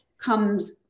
comes